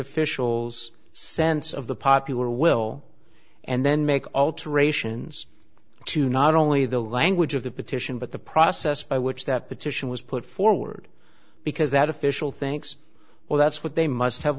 officials sense of the popular will and then make alterations to not only the language of the petition but the process by which that petition was put forward because that official thinks well that's what they must have